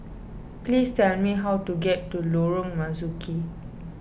please tell me how to get to Lorong Marzuki